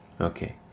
Okay